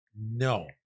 No